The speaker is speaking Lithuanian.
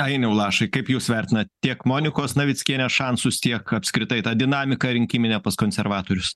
ainiau lašai kaip jūs vertinat tiek monikos navickienės šansus tiek apskritai tą dinamiką rinkiminę pas konservatorius